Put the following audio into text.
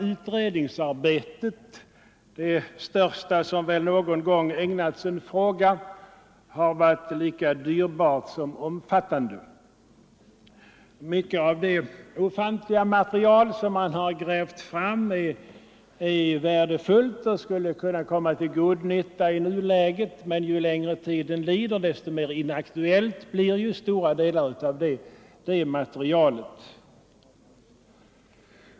Utredningsarbetet — det största som väl någon gång ägnats en fråga — har varit lika dyrbart som omfattande. Mycket av det ofantliga material som man har grävt fram är värdefullt och skulle kunna komma till god nytta i nuläget, men ju längre tiden lider desto mer inaktuellt blir stora delar av materialet.